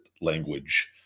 language